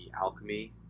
alchemy